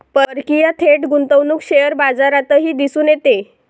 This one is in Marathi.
परकीय थेट गुंतवणूक शेअर बाजारातही दिसून येते